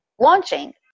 launching